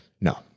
No